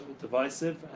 divisive